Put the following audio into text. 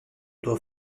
tua